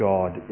God